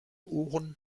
ohren